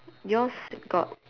yours got